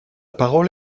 parole